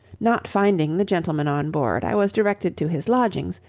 not finding the gentleman on board, i was directed to his lodgings,